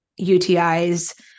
UTIs